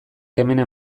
kemena